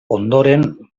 ondoren